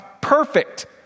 perfect